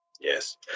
yes